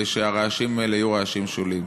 ושהרעשים האלה יהיו רעשים שוליים.